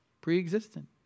pre-existent